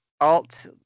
Alt